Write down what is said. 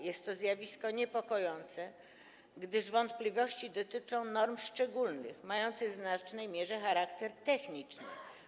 Jest to zjawisko niepokojące, gdyż wątpliwości dotyczą norm szczególnych, mających w znacznej mierze charakter techniczny.